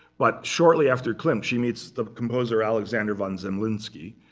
but shortly after klimt, she meets composer alexander von zemlinsky.